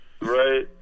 right